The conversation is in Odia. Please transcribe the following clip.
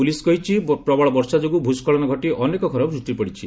ପୁଲିସ୍ କହିଛି ପ୍ରବଳ ବର୍ଷା ଯୋଗୁଁ ଭ୍ସ୍କଳନ ଘଟି ଅନେକ ଘର ଭୂଷ୍ଣୁଡ଼ି ପଡ଼ିଛି